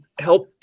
help